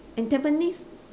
and tampines